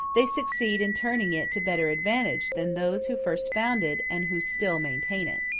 they succeed in turning it to better advantage than those who first founded and who still maintain it.